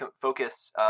Focus